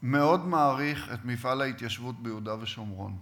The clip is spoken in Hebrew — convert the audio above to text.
מאוד מעריך את מפעל ההתיישבות ביהודה ושומרון.